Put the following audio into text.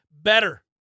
Better